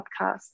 podcast